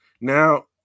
now